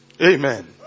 Amen